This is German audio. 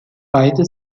beide